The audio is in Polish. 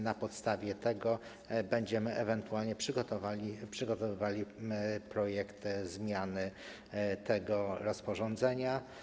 Na podstawie tego będziemy ewentualnie przygotowywali projekt zmiany tego rozporządzenia.